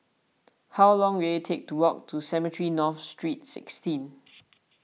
how long will it take to walk to Cemetry North Street sixteen